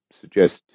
suggest